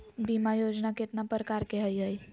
बीमा योजना केतना प्रकार के हई हई?